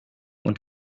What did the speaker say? und